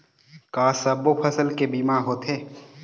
का सब्बो फसल के बीमा होथे?